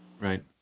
right